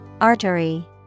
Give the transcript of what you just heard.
Artery